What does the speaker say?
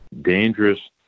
dangerous